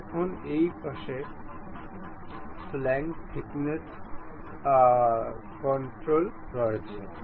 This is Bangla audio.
এখন এই পাশে ফ্ল্যাঙে থিকনেস কন্ট্রোল রয়েছে